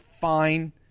fine